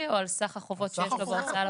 או על סך החובות שיש לו בהוצאה לפועל?